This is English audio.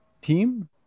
team